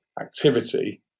activity